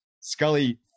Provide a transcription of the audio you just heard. Scully